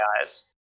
eyes